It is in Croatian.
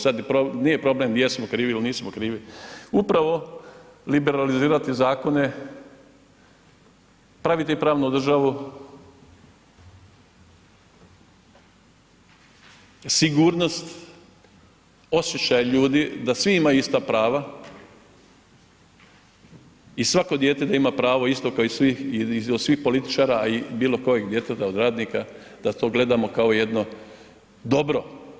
Sad nije problem jesmo krivi ili nismo krivi, upravo liberalizirati zakone, praviti pravnu državu, sigurnost, osjećaj ljudi da svi imaju ista prava i svako dijete da ima pravo isto kao i svi i od svih političara, a i bilo kojeg djeteta od radnika da to gledamo kao jedno dobro.